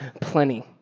plenty